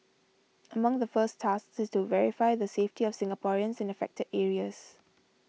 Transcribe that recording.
among the first tasks is to verify the safety of Singaporeans in affected areas